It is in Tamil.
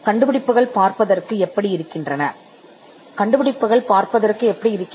கண்டுபிடிப்புகள் எப்படி இருக்கும்